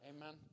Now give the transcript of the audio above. Amen